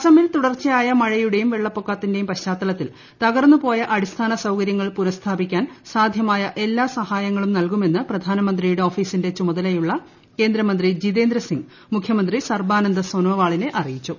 അസമിൽ തുടർച്ചയായ മഴയുടെയും വെള്ളപ്പൊക്കത്തിന്റെയും പശ്ചാത്തലത്തിൽ തകർന്നു പോയ അടിസ്ഥാന സൌകര്യങ്ങൾ പുനസ്ഥാപിക്കാൻ സാധ്യമായ എല്ലാ സഹായങ്ങളും നൽകുമെന്ന് പ്രധാന മന്ത്രിയുടെ ഓഫീസിന്റെ ചുമതലയുള്ള കേന്ദ്രമന്ത്രി ജിതേന്ദ്ര സിംഗ് മുഖ്യമന്ത്രി സർബാനന്ദ സോനോവാളിനെ അറിയിച്ചു